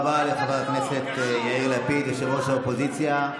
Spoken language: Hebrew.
תודה רבה לחבר הכנסת יאיר לפיד, ראש האופוזיציה.